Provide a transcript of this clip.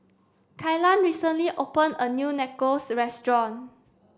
Kylan recently open a new Nachos restaurant